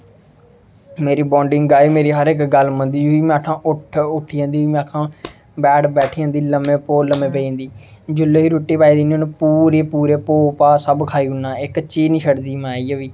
मेरी बॉन्डिंग गाए मेरे हर इक गल्ल मनदी बी ही में आखना उट्ठ ओह् उठी जंदी ही में आखना बैठ बैठी जंदी लम्में पो लम्में पेई जंदी ही जेल्लै बी रुट्टी पाई देनी उ'न्ने पूरी पुरे भोह् भाह् सब खाई ओड़ना इक चीज नेईं छड्डदी ही माए जवी